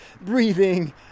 breathing